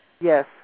Yes